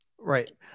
Right